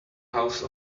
house